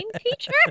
teacher